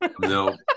No